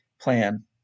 plan